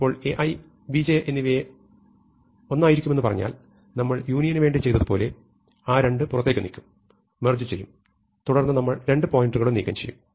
ഇപ്പോൾ Ai Bj എന്നിവ ഒന്നായിരിക്കുമെന്ന് പറഞ്ഞാൽ നമ്മൾ യൂണിയനുവേണ്ടി ചെയ്തതുപോലെ ആ 2 പുറത്തേക്ക് നീക്കും മെർജ് ചെയ്യും തുടർന്ന് നമ്മൾ രണ്ട് പോയിന്ററുകളും നീക്കംചെയ്യും